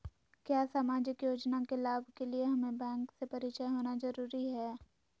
क्या सामाजिक योजना के लाभ के लिए हमें बैंक से परिचय होना जरूरी है?